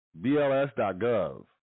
BLS.gov